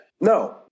no